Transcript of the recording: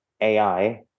AI